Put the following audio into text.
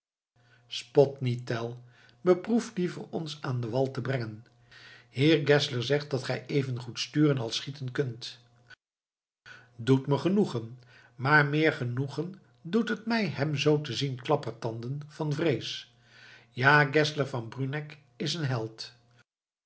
spot niet tell beproef liever ons aan den wal te brengen heer geszler zegt dat gij even goed sturen als schieten kunt doet me genoegen maar meer genoegen doet het mij hem zoo te zien klappertanden van vrees ja geszler van bruneck is een held